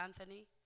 Anthony